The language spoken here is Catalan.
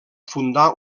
fundar